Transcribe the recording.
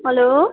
hello